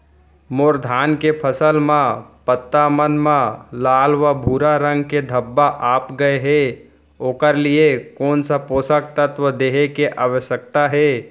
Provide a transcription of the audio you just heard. मोर धान के फसल म पत्ता मन म लाल व भूरा रंग के धब्बा आप गए हे ओखर लिए कोन स पोसक तत्व देहे के आवश्यकता हे?